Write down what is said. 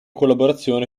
collaborazione